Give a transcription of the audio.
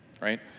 right